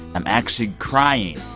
i'm actually crying,